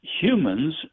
Humans